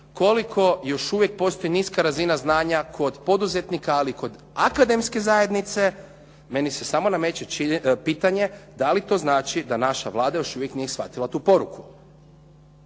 koliko još uvijek postoji niska razina znanja kod poduzetnika ali kod akademske zajednice meni se samo nameće pitanje da li to znači da naša Vlada još uvijek nije shvatila tu poruku.